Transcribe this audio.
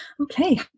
Okay